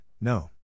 no